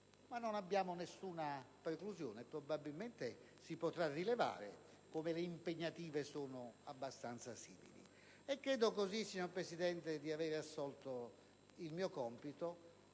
Ma non abbiamo alcuna preclusione. Probabilmente si potrà rilevare come le impegnative siano abbastanza simili. Credo, signor Presidente, di aver assolto il mio compito,